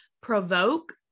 provoke